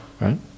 Right